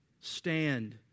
stand